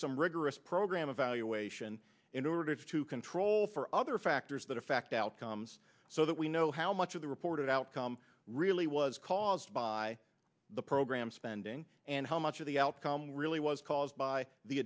some rigorous program evaluation in order to control for other factors that affect outcomes so that we know how much of the reported outcome really was caused by the program spending and how much of the outcome really was caused by the